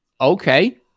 okay